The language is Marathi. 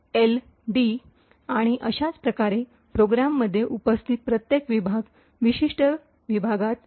build LD आणि अशाच प्रकारे प्रोग्राममध्ये उपस्थित प्रत्येक विभाग विशिष्ट विभागात मॅप केला जातो